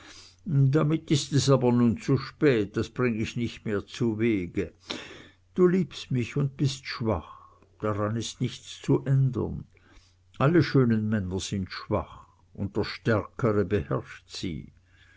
damit ist es nun aber zu spät das bring ich nicht mehr zuwege du liebst mich und bist schwach daran ist nichts zu ändern alle schönen männer sind schwach und der stärkre beherrscht sie